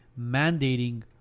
mandating